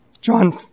John